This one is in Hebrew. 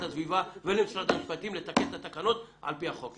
הסביבה ולמשרד המשפטים לתקן את התקנות על פי החוק,